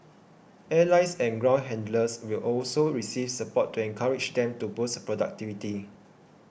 airlines and ground handlers will also receive support to encourage them to boost productivity